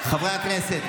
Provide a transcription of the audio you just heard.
חברי הכנסת,